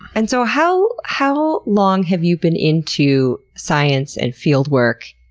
and so how how long have you been into science, and field work,